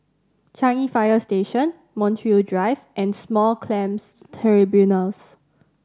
Changi Fire Station Montreal Drive and Small Claims Tribunals